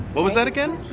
what was that again?